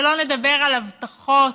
שלא נדבר על הבטחות.